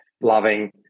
loving